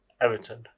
Everton